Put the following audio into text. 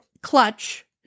clutch